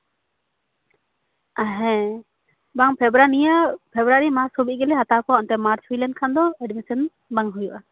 ᱦᱮᱸ ᱵᱟᱝ ᱱᱤᱭᱟᱹ ᱯᱷᱮᱵᱨᱩᱣᱟᱨᱤ ᱢᱟᱥ ᱦᱟᱹᱵᱤᱡ ᱜᱮᱞᱮ ᱦᱟᱛᱟᱣ ᱠᱚᱣᱟ ᱟᱫᱚ ᱢᱟᱨᱪ ᱦᱩᱭ ᱞᱮᱱᱠᱷᱟᱱ ᱫᱚ ᱮᱰᱢᱤᱥᱮᱱ ᱵᱟᱝ ᱦᱩᱭᱩᱜᱼᱟ